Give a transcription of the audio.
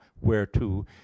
whereto